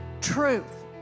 truth